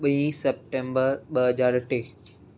ॿी सप्टेंबर ॿ हज़ार टे